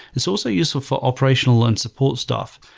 it's also useful for operational-learned support staff.